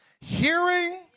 Hearing